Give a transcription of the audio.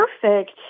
perfect